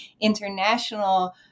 international